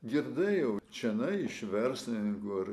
girdėjau čionai iš verslininkų ar